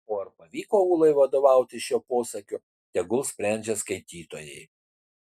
o ar pavyko ūlai vadovautis šiuo posakiu tegul sprendžia skaitytojai